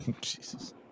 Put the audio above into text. Jesus